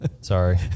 Sorry